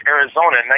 Arizona